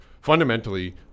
fundamentally